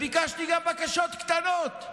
ביקשתי גם בקשות קטנות,